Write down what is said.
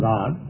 God